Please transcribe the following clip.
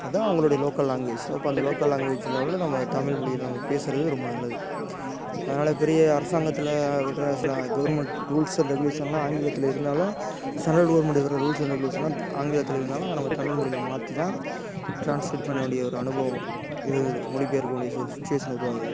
அதுதான் அவங்களுடைய local language so அப்போ அந்த லோக்கல் லாங்குவேஜ் லெவலில் நம்ம தமிழ் மொழியில் நம்ம பேசுகிறது ரொம்ப நல்லது அதனால் பெரிய அரசாங்கத்தில் விடுற சில கவர்மெண்ட் ரூல்ஸ் அண்ட் ரெகுலேஷன்லாம் ஆங்கிலத்தில் இருந்தாலும் சென்ட்ரல் கவர்மெண்ட் இருக்கிற ரூல்ஸ் அண்ட் ரெகுலேஷன்லாம் ஆங்கிலத்தில் இருந்தாலும் அதை நம்ம தமிழ் மொழியில் மாற்றி தான் ட்ரான்ஸ்லேட் பண்ண வேண்டிய ஒரு அனுபவம் இருந்தது மொழிப்பெயர்க்க வேண்டிய ஒரு சுச்சிவேஷன் உருவாகுது